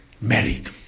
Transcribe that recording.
married